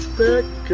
back